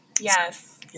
Yes